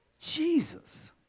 Jesus